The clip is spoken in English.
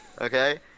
Okay